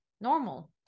normal